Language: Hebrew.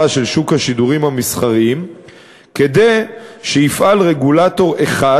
של שוק השידורים המסחריים כדי שיפעל רגולטור אחד